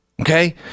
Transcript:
okay